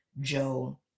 Joe